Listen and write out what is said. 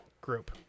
group